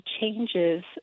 changes